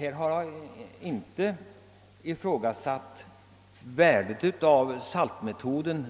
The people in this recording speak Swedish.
Jag har inte ifrågasatt värdet av saltmetoden